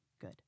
Good